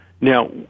Now